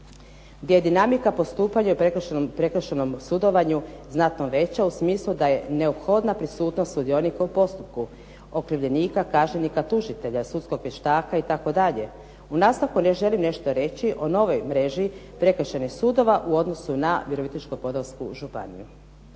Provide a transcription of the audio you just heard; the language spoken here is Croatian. gdje dinamika postupanja u prekršajnom sudovanju znatno veća u smislu da je neophodna prisutnost sudionika u postupku okrivljenika, kažnjenika, tužitelja, sudskog vještaka, itd. U nastavku želim nešto reći o novoj mreži prekršajnih sudova u odnosu na Virovitičko-podravsku županiju.